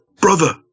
brother